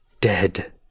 dead